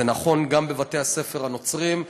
זה נכון גם בבתי-הספר הנוצריים,